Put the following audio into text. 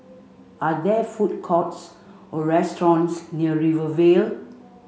are there food courts or restaurants near Rivervale